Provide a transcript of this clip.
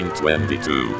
1922